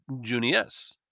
Junius